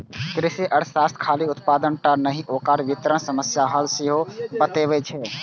कृषि अर्थशास्त्र खाली उत्पादने टा नहि, ओकर वितरण समस्याक हल सेहो बतबै छै